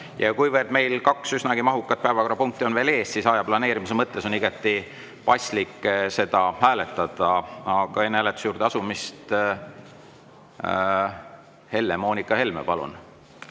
Kuivõrd meil on kaks üsnagi mahukat päevakorrapunkti veel ees, siis aja planeerimise mõttes on igati paslik seda hääletada. Aga enne hääletuse juurde asumist, Helle-Moonika Helme, palun!